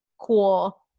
cool